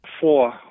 Four